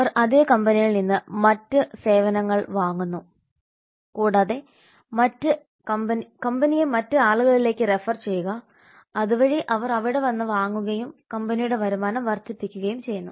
അവർ അതേ കമ്പനിയിൽ നിന്ന് മറ്റ് സേവനങ്ങൾ വാങ്ങുന്നു കൂടാതെ കമ്പനിയെ മറ്റ് ആളുകളിലേക്ക് റഫർ ചെയ്യുക അതുവഴി അവർ അവിടെ നിന്ന് വാങ്ങുകയും കമ്പനിയുടെ വരുമാനം വർധിപ്പിക്കുകയും ചെയ്യുന്നു